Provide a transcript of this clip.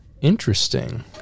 Interesting